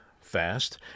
fast